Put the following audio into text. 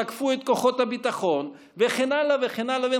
תקפו את כוחות הביטחון וכן הלאה וכן הלאה.